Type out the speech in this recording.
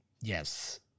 Yes